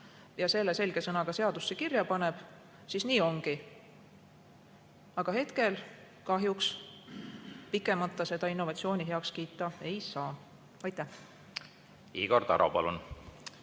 ja selle selge sõnaga seadusesse kirja paneb, siis nii ongi. Aga hetkel kahjuks seda innovatsiooni heaks kiita ei saa. Igor Taro, palun!